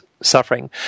suffering